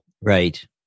Right